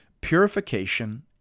purification